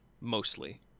mostly